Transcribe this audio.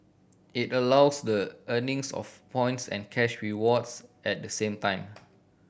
it allows the earnings of points and cash rewards at the same time